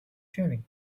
sharing